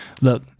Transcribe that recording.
look